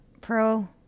pro